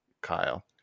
Kyle